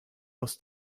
aus